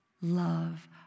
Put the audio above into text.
Love